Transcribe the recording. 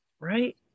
Right